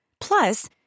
Plus